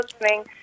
listening